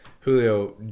Julio